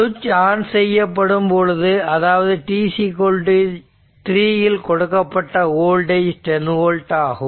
சுவிட்ச் ஆன் செய்யப்படும் பொழுது அதாவது t 3 இல் கொடுக்கப்பட்ட வோல்டேஜ் 10 ஓல்ட் ஆகும்